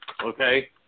Okay